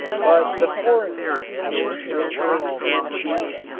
but the foreign sand is richer and cheaper.